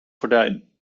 gordijn